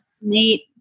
neat